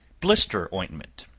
blister ointment.